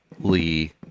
Lee